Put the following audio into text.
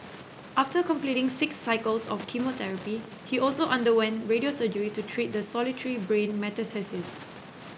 after completing six cycles of chemotherapy he also underwent radio surgery to treat the solitary brain metastasis